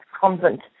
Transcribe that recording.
convent